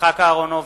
יצחק אהרונוביץ,